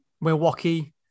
Milwaukee